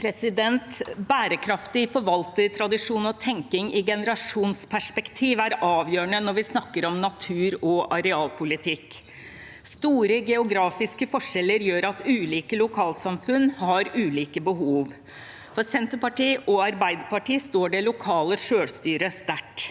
Bærekraftig forvaltertradisjon og tenking i generasjonsperspektiv er avgjørende når vi snakker om natur- og arealpolitikk. Store geografiske forskjeller gjør at ulike lokalsamfunn har ulike behov. For Senterpartiet og Arbeiderpartiet står det lokale selvstyret sterkt.